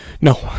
No